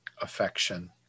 affection